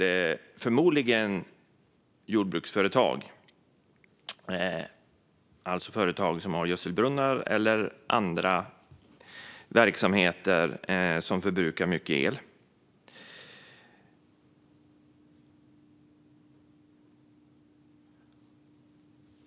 Det är förmodligen ett jordbruksföretag, alltså ett företag som har gödselbrunnar eller andra verksamheter som förbrukar mycket el.